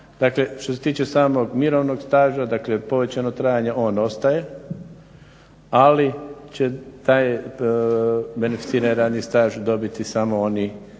Dakle, što se tiče samog mirovnog staža povećano trajanje on ostaje, ali će taj beneficirani radni staž dobiti samo oni